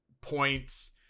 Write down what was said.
points